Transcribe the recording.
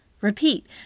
Repeat